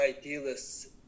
idealists